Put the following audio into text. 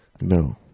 No